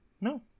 No